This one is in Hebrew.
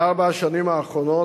בארבע השנים האחרונות,